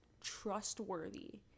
trustworthy